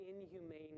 inhumane